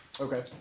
Okay